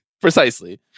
Precisely